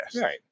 right